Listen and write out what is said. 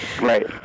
Right